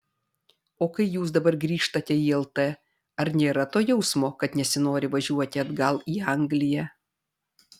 o kai jūs dabar grįžtate į lt ar nėra to jausmo kad nesinori važiuoti atgal į angliją